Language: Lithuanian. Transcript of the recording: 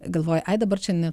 galvoju ai dabar čia ne